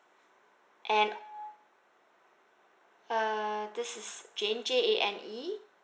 and uh this is jane J A N E